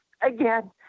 again